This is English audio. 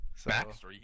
Backstreet